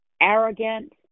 arrogant